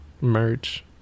merch